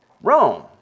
Rome